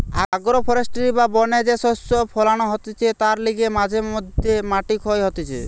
agro forestry বা বনে যে শস্য ফোলানো হতিছে তার লিগে মাঝে মধ্যে মাটি ক্ষয় হতিছে